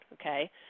okay